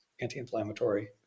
anti-inflammatory